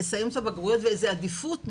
איזו עדיפות מסוימת.